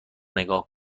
نگاه